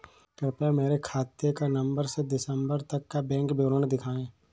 कृपया मेरे खाते का नवम्बर से दिसम्बर तक का बैंक विवरण दिखाएं?